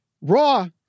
raw